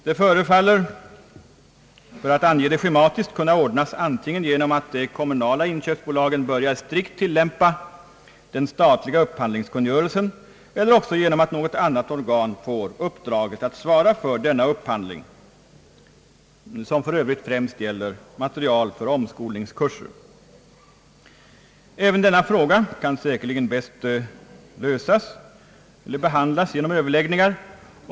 Det förefaller — för att ange det schematiskt — kunna ordnas antingen genom att de kommunala inköpsbolagen strikt börjar tillämpa den statliga upphandlingskungörelsen eller också genom att något annat organ får uppdraget att svara för denna upphandling — som för övrigt främst gäller materiel för omskolningskurser. Även denna fråga kan säkerligen bäst behandlas och lösas genom Ööverläggningar.